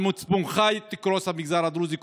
על מצפונך יקרוס המגזר הדרוזי,